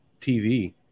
tv